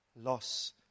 loss